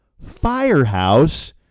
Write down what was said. Firehouse